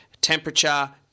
temperature